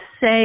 say